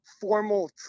formal